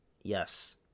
yes